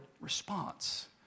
response